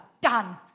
done